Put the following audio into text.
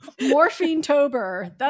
Morphine-tober